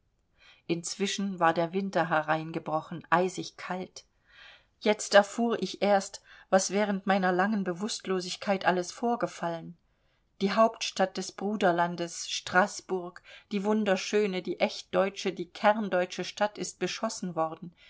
inzwischen war der winter hereingebrochen eisigkalt jetzt erfuhr ich erst was während meiner langen bewußtlosigkeit alles vorgefallen die hauptstadt des bruderlandes straßburg die wunderschöne die echt deutsche die kerndeutsche stadt ist beschossen worden